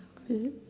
hello